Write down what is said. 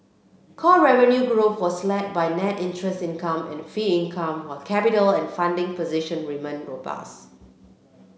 core revenue growth was led by net interest income and fee income while capital and funding position remain robust